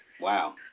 Wow